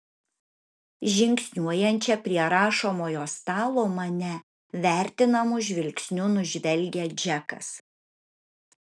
žingsniuojančią prie rašomojo stalo mane vertinamu žvilgsniu nužvelgia džekas